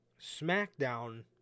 SmackDown